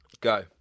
Go